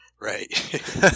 right